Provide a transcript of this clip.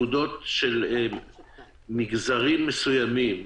בנקודות של מגזרים מסוימים,